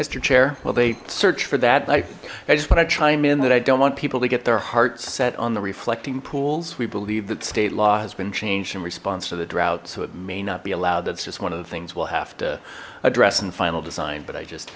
mister chair well they searched for that light i just want to chime in that i don't want people to get their hearts set on the reflecting pools we believe that state law has been changed in response to the drought so it may not be allowed that's just one of the things we'll have to address in the final design but i just